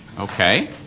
okay